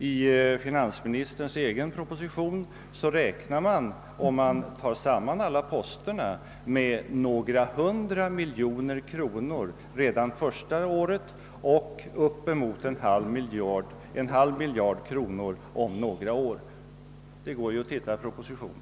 I finansministerns proposition ges uppgifter som innebär en skattelättnad på tillsammans några hundra miljoner kronor redan under det första året och på uppemot en halv miljard kronor om några år. Det går ju att titta i propositionen.